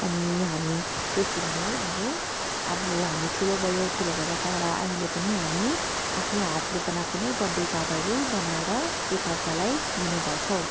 अनि हामी त्यसरी नै अहिले अब हामी ठुलो भयो ठुलो भएर तर अहिले पनि हामी आफ्नो हातले बनाएको नै बर्थडे कार्डहरू बनाएर एक अर्कालाई दिने गर्छौँ